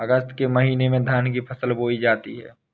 अगस्त के महीने में धान की फसल बोई जाती हैं